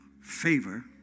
favor